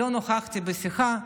אני לא נכחתי בשיחה,